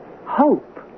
Hope